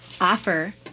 offer